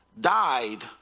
died